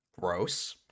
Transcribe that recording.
gross